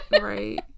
right